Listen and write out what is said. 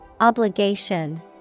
Obligation